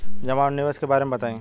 जमा और निवेश के बारे मे बतायी?